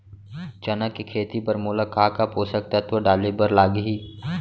चना के खेती बर मोला का का पोसक तत्व डाले बर लागही?